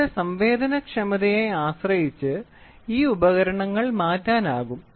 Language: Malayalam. ഇവിടെ സംവേദനക്ഷമതയെ ആശ്രയിച്ച് ഈ ഉപകരണങ്ങൾ മാറ്റാനാകും